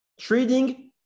trading